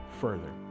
further